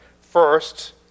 first